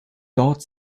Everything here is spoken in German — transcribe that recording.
dort